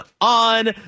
On